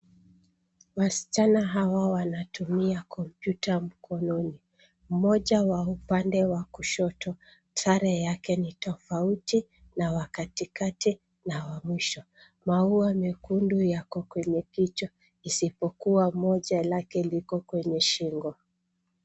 Wasichana hawa wanatumia kompyuta mkononi, mmoja wa upande wa kushoto sare yake ni tofauti na wa katikati na wa mwisho. Maua mekundu yako kwenye picha isipokuwa mmoja lake liko kwenye shingo.